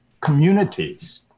communities